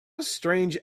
strange